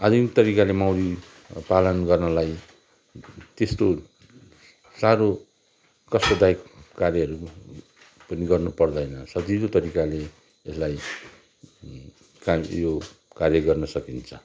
आधुनिक तरिकाले मौरी पालम गर्नलाई त्यस्तो साह्रो कष्टदायक कार्यहरू पनि गर्नुपर्दैन सजिलो तरिकाले यसलाई काम यो कार्य गर्न सकिन्छ